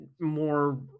more